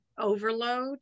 overload